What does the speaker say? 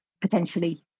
potentially